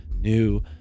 new